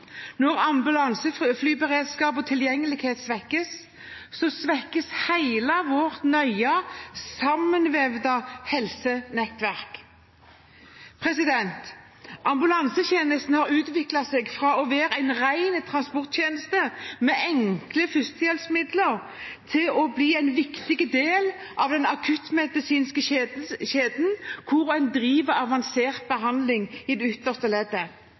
Når ambulanseflyberedskap og tilgjengelighet svekkes, svekkes hele vårt nøye sammenvevde helsenettverk. Ambulansetjenesten har utviklet seg fra å være en ren transporttjeneste med enkle førstehjelpsmidler til å bli en viktig del av den akuttmedisinske kjeden hvor en driver avansert behandling i det ytterste leddet.